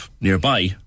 nearby